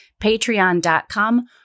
patreon.com